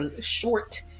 short